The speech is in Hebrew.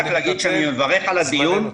שאני מברך על הדיון.